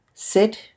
Sit